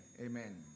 Amen